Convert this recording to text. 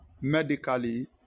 medically